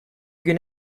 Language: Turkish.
gün